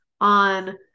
on